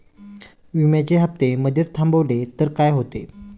विम्याचे हफ्ते मधेच थांबवले तर काय होते?